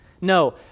No